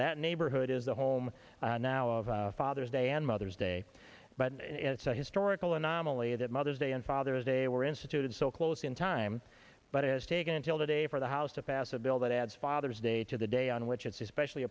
that neighborhood is the home now of father's day and mother's day but it's a historical anomaly that mother's day and father's day were instituted so close in time but it has taken until today for the house to pass a bill that adds father's day to the day on which it's especially